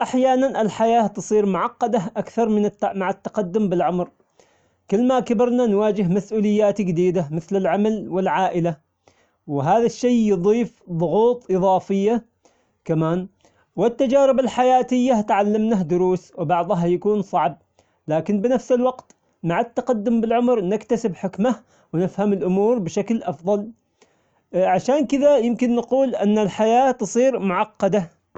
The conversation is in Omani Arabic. أحيانا الحياة تصير معقدة أكثر من- مع التقدم بالعمر، كل ما كبرنا نواجه مسئوليات جديدة مثل العمل والعائلة، وهذا الشي يضيف ظغوط إظافية كمان، والتجارب الحياتية تعلمنا دروس بعضها يكون صعب ، لكن بنفس الوقت مع التقدم بالعمر نكتسب حكمة ونفهم الأمور بشكل أفضل، عشان كدا يمكن نقول أن الحياة تصير معقدة.